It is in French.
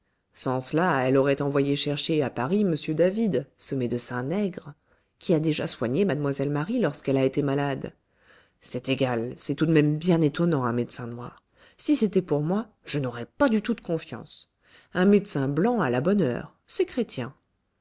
sans cela elle aurait envoyé chercher à paris m david ce médecin nègre qui a déjà soigné mlle marie lorsqu'elle a été malade c'est égal c'est tout de même bien étonnant un médecin noir si c'était pour moi je n'aurais pas du tout de confiance un médecin blanc à la bonne heure c'est chrétien